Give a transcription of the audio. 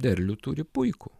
derlių turi puikų